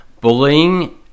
bullying